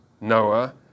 Noah